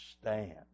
stand